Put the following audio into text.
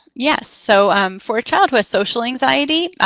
yes. so for a child who has social anxiety,